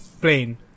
plane